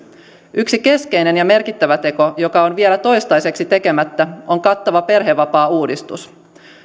yksi keskeinen ja merkittävä teko joka on vielä toistaiseksi tekemättä on kattava perhevapaauudistus